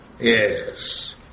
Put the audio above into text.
Yes